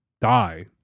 die